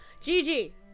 Gigi